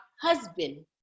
husband